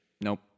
Nope